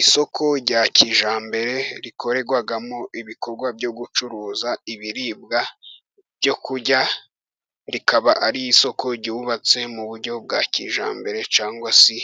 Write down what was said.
Isoko rya kijyambere rikorerwamo ibikorwa byo gucuruza ibiribwa byo kurya, rikaba ari isoko ryubatse mu buryo bwa kijyambere, cyangwa se